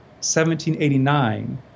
1789